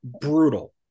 brutal